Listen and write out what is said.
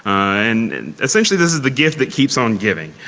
and essentially this is the gift that keeps on giving.